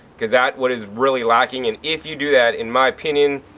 because that, what is really lacking and if you do that, in my opinion,